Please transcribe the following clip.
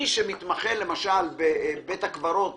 מי שמתמחה למשל בבית הקברות